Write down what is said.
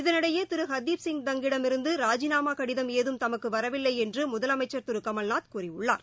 இதனிடையேதிருஹர்தீப்சிங் தங் யிடமிருந்துராஜிநாமாகடிதம் ஏதம் தமக்குவரவில்லைஎன்றுமுதலமைச்சா் திருகமல்நாத் கூறியுள்ளார்